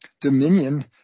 Dominion